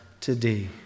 today